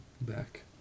Back